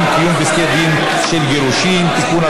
(קיום פסקי דין של גירושין) (תיקון,